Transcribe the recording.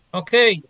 okay